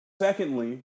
Secondly